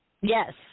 Yes